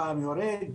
פעם יורד?